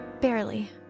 barely